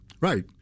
Right